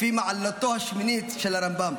לפי מעלתו השמינית של הרמב"ם.